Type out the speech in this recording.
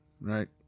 right